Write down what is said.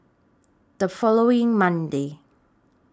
The following Monday